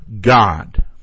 God